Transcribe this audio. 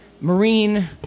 Marine